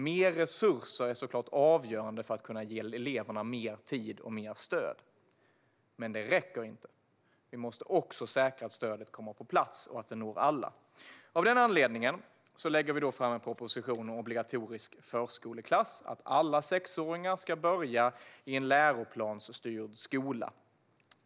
Mer resurser är såklart avgörande för att kunna ge eleverna mer tid och mer stöd, men det räcker inte. Vi måste också säkra att stödet kommer på plats och når alla. Av den anledningen lägger vi fram en proposition om obligatorisk förskoleklass. Alla sexåringar ska börja i en läroplansstyrd skola.